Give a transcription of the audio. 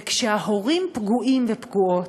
וכשההורים פגועים ופגועות,